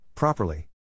Properly